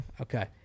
Okay